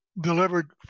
delivered